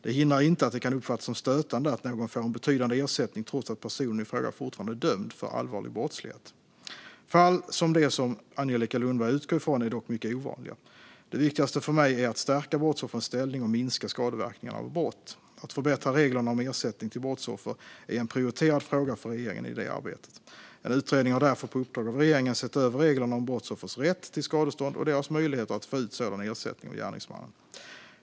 Det hindrar inte att det kan uppfattas som stötande att någon får en betydande ersättning trots att personen i fråga fortfarande är dömd för allvarlig brottslighet. Fall som det som Angelica Lundberg utgår från är dock mycket ovanliga. Det viktigaste för mig är att stärka brottsoffrens ställning och minska skadeverkningarna av brott. Att förbättra reglerna om ersättning till brottsoffer är en prioriterad fråga för regeringen i det arbetet. En utredning har därför på uppdrag av regeringen sett över reglerna om brottsoffers rätt till skadestånd och deras möjligheter att få ut sådan ersättning av gärningsmannen.